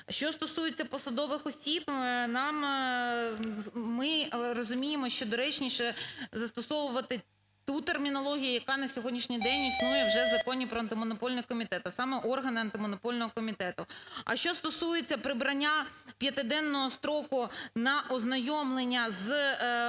Що стосується посадових осіб. Нам… ми розуміємо, що доречніше застосовувати ту термінологію, яка на сьогоднішній день існує вже в Законі про Антимонопольний комітет, а саме органи Антимонопольного комітету. А що стосується прибрання п'ятиденного строку на ознайомлення з…